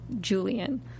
Julian